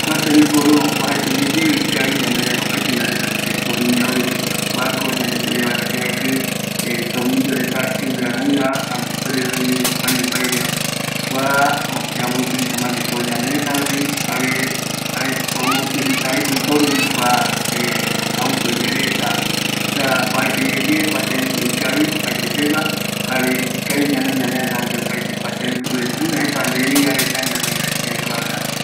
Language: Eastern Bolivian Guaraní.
Kua detornillador jeeva, jaeko pɨpe yaekɨ tornillo reta, jare yaikutu vaeravi yaiporu kua destornillador jeiva, öime ipeiñova, jare oime estrella jei supeva